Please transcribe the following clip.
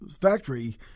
factory